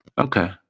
Okay